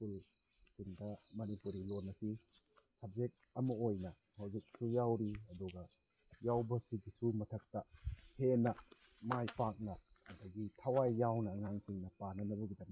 ꯁ꯭ꯀꯨꯜꯁꯤꯡꯗ ꯃꯅꯤꯄꯨꯔꯤ ꯂꯣꯟ ꯑꯁꯤ ꯁꯕꯖꯦꯛ ꯑꯃ ꯑꯣꯏꯅ ꯍꯧꯖꯤꯛꯁꯨ ꯌꯥꯎꯔꯤ ꯑꯗꯨꯒ ꯌꯥꯎꯕ ꯁꯤꯒꯤꯁꯨ ꯃꯊꯛꯇ ꯍꯦꯟꯅ ꯃꯥꯏ ꯄꯥꯛꯅ ꯑꯗꯒꯤ ꯊꯋꯥꯏ ꯌꯥꯎꯅ ꯑꯉꯥꯡꯁꯤꯡꯅ ꯄꯥꯅꯅꯕꯒꯤꯗꯃꯛꯇ